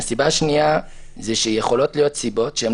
הסיבה השנייה זה שיכולות להיות סיבות שהן